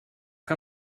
que